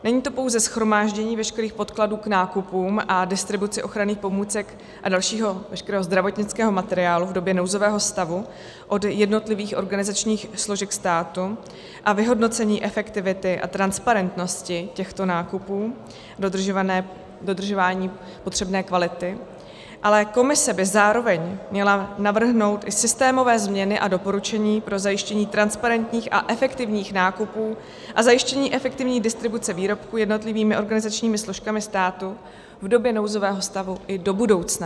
Není to pouze shromáždění veškerých podkladů k nákupům a distribuci ochranných pomůcek a dalšího veškerého zdravotnického materiálu v době nouzového stavu od jednotlivých organizačních složek státu a vyhodnocení efektivity a transparentnosti těchto nákupů, dodržování potřebné kvality, ale komise by zároveň měla navrhnout i systémové změny a doporučení pro zajištění transparentních a efektivních nákupů a zajištění efektivní distribuce výrobků jednotlivými organizačními složkami státu v době nouzového stavu i do budoucna.